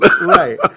Right